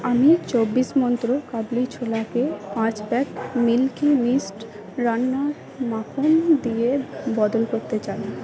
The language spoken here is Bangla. আমি চব্বিশ মন্ত্র কাবলি ছোলাকে পাঁচ প্যাক মিল্কি মিস্ট রান্নার মাখন দিয়ে বদল করতে চাই